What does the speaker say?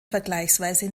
vergleichsweise